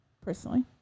personally